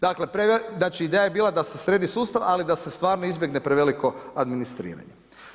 Dakle znači ideja je bila da se sredi sustav, ali da se stvarno izbjegne preveliko administriranje.